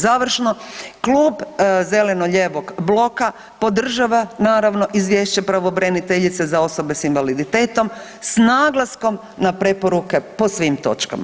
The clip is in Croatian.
Završno, Klub zeleno-lijevog bloka podržava naravno izvješće pravobraniteljice za osobe s invaliditetom s naglaskom na preporuke po svim točkama.